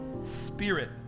spirit